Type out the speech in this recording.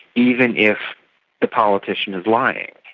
even if the politician is lying.